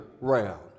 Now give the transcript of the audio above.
round